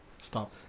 Stop